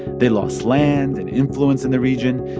they lost land and influence in the region.